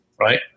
right